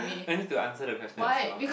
I need to answer the question as well